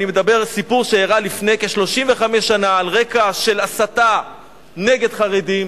אני מדבר על סיפור שאירע לפני כ-35 שנה על רקע של הסתה נגד חרדים,